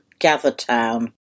GatherTown